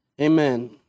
amen